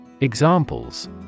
Examples